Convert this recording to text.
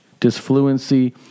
disfluency